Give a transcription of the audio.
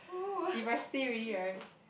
if I say already right